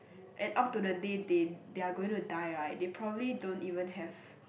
and up to the day they they are going to die right they probably don't even have